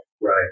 Right